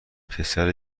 پسر